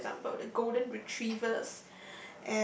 for example the Golden Retrievers